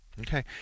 Okay